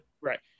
right